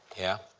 yeah.